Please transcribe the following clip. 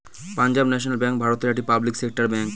Punjab national bank ভারতের একটি public sector bank